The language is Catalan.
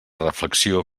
reflexió